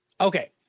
okay